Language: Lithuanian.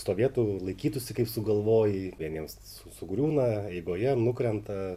stovėtų laikytųsi kaip sugalvojai vieniems su sugriūna eigoje nukrenta